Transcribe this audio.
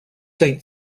saint